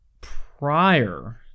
prior